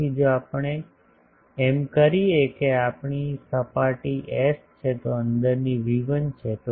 તેથી જો આપણે એમ કરીએ કે આ આપણી સપાટી એસ છે તો અંદરની V1 છે